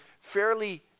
fairly